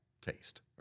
taste